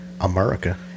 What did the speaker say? America